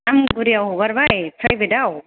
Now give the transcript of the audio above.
आमगुरिआव हगारबाय प्राइभेटाव